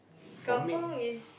kampung is